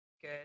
good